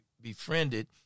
befriended